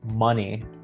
Money